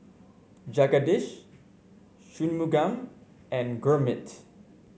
Jagadish Shunmugam and Gurmeet